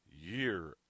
year